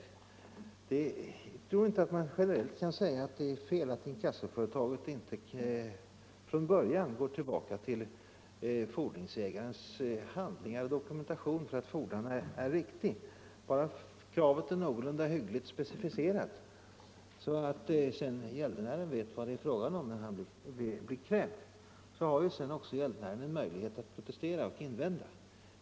Jag tror inte att man generellt kan säga att det är fel att inkassoföretaget från början inte går tillbaka till fordringsägarens handlingar och dokumentation för att kontrollera att fordran är riktig, om kravet är grundligt specificerat så att gäldenären vet vad det är fråga om när han blir krävd. Gäldenären har ju sedan möjlighet att protestera och invända.